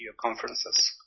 conferences